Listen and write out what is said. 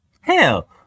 Hell